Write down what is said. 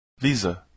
Visa